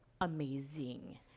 amazing